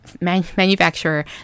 manufacturer